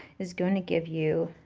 is going to give you